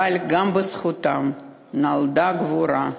אבל גם בזכותם נולדה גבורה,